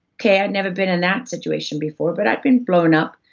okay, i'd never been in that situation before, but i'd been blown up,